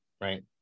right